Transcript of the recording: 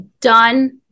done